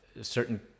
certain